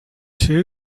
two